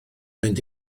mynd